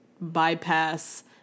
bypass